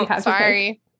Sorry